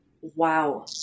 Wow